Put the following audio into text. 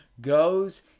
goes